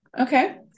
okay